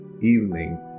evening